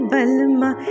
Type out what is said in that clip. Balma